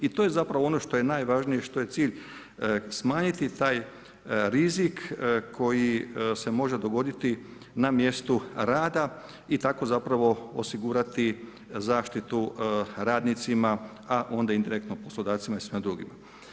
I to je zapravo ono što je najvažnije, što je cilj, smanjiti rizik koji se može dogoditi na mjestu rada i tako zapravo osigurati zaštitu radnicima, a onda indirektno poslodavcima i svima drugima.